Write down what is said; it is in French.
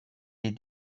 des